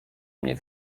mnie